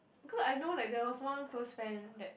because I know like there was one close friend that